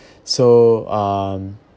so um